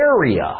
area